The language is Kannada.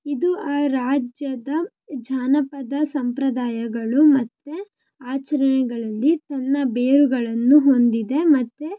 ಇದು ಆ ರಾಜ್ಯದ ಜಾನಪದ ಸಂಪ್ರದಾಯಗಳು ಮತ್ತು ಆಚರಣೆಗಳಲ್ಲಿ ತನ್ನ ಬೇರುಗಳನ್ನು ಹೊಂದಿದೆ ಮತ್ತು